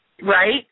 Right